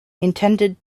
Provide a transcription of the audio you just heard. intended